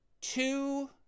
two